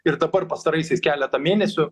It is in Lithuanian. ir dabar pastaraisiais keletą mėnesių